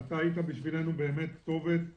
אתה היית בשבילנו כתובת אמיתית,